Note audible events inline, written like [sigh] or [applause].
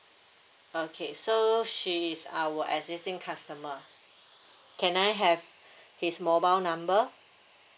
okay so she is our existing customer can I have [breath] his mobile number